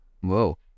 Whoa